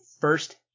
first